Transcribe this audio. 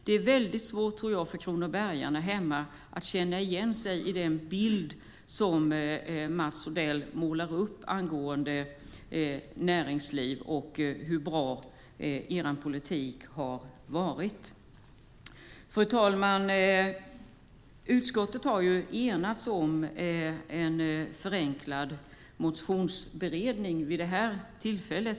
Jag tror att det är mycket svårt för kronobergarna där hemma att känna igen sig i den bild som Mats Odell målar upp av näringslivet och hur bra er politik har varit. Fru talman! Utskottet har enats om en förenklad motionsberedning vid detta tillfälle.